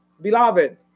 beloved